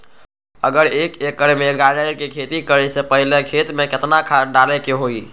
अगर एक एकर में गाजर के खेती करे से पहले खेत में केतना खाद्य डाले के होई?